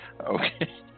Okay